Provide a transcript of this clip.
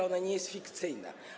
Ona nie jest fikcyjna.